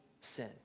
sin